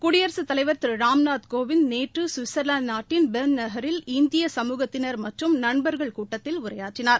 குடியரசுத்தலைவர் திரு ராம்நாத்கோவிந்த் நேற்று சுவிட்சர்லாந்து நாட்டின் பெர்ன் நகரில் இந்திய சமூகத்தினர் மற்றும் நண்பர்கள் கூட்டத்தில் உரையாற்றினார்